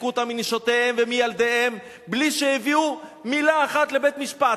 הרחיקו אותם מנשותיהם ומילדיהם בלי שהביאו מלה אחת לבית-משפט.